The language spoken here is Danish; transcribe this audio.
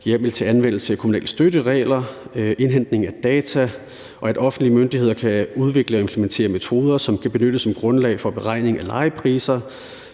hjemmel til anvendelse af kommunale støtteregler, til indhentning af data og til, at offentlige myndigheder kan udvikle og implementere metoder, som kan benyttes som grundlag for beregning af lejepriser